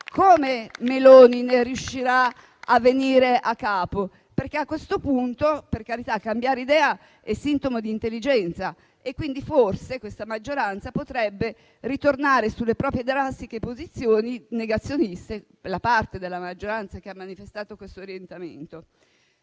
a capo la presidente del Consiglio Meloni? A questo punto, per carità, cambiare idea è sintomo di intelligenza, e quindi forse questa maggioranza potrebbe ritornare sulle proprie drastiche posizioni negazioniste (la parte della maggioranza che ha manifestato quest'orientamento).